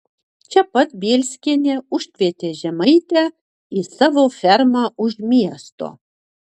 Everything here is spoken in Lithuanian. čia pat bielskienė užkvietė žemaitę į savo fermą už miesto